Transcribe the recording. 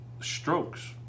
strokes